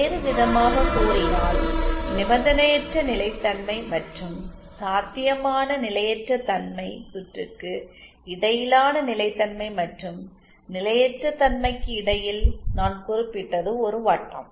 வேறுவிதமாகக் கூறினால் நிபந்தனையற்ற நிலைத்தன்மை மற்றும் சாத்தியமான நிலையற்றதன்மை சுற்றுக்கு இடையிலான நிலைத்தன்மை மற்றும் நிலையற்ற தன்மைக்கு இடையில் நான் குறிப்பிட்டது ஒரு வட்டம்